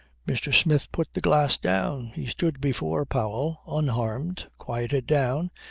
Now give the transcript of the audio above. mr. smith put the glass down. he stood before powell unharmed, quieted down,